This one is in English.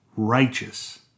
righteous